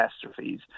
catastrophes